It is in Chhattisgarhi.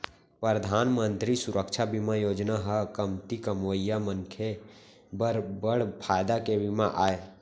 परधान मंतरी सुरक्छा बीमा योजना ह कमती कमवइया मनसे बर बड़ फायदा के बीमा आय